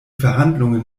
verhandlungen